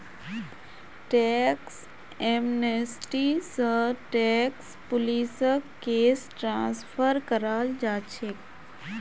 tax amnesty स tax पुलिसक case transfer कराल जा छेक